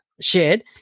shared